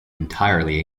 entirely